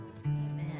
Amen